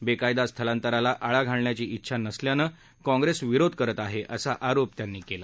बेकायदा स्थलांतराला आळा घालण्याची इच्छा नसल्यानं काँग्रेस विरोध करत आहे असा आरोप त्यांनी केला